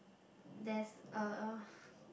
there's a